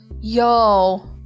Yo